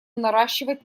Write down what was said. наращивать